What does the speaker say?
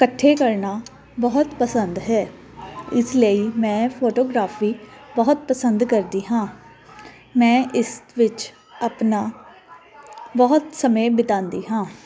ਇਕੱਠੇ ਕਰਨਾ ਬਹੁਤ ਪਸੰਦ ਹੈ ਇਸ ਲਈ ਮੈਂ ਫੋਟੋਗ੍ਰਾਫੀ ਬਹੁਤ ਪਸੰਦ ਕਰਦੀ ਹਾਂ ਮੈਂ ਇਸ ਵਿੱਚ ਆਪਣਾ ਬਹੁਤ ਸਮੇਂ ਬਿਤਾਂਦੀ ਹਾਂ